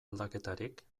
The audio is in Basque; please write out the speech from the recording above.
aldaketarik